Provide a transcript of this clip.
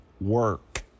work